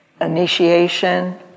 initiation